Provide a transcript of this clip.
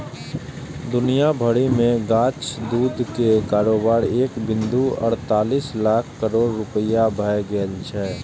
दुनिया भरि मे गाछक दूध के कारोबार एक बिंदु अड़तालीस लाख करोड़ रुपैया भए गेल छै